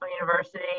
University